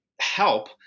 help